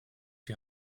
die